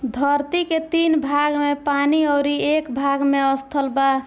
धरती के तीन भाग में पानी अउरी एक भाग में स्थल बा